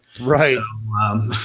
Right